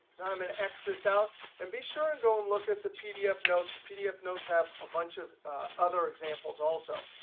now i'm an x this out and be sure and go and look at the pdf notes. the pdf notes have a bunch of other examples also.